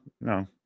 no